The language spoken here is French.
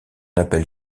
appelle